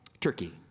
Turkey